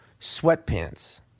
sweatpants